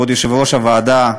כבוד יושב-ראש הוועדה,